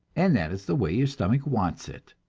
and that is the way your stomach wants it.